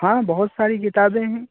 ہاں بہت ساری کتابیں ہیں